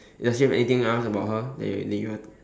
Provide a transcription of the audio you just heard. does she have anything else about her that you that you want